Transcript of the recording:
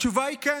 התשובה היא כן,